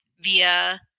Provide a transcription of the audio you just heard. via